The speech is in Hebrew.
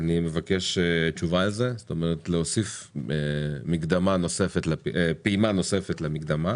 אני מבקש תשובה על זה, להוסיף פעימה נוספת למקדמה.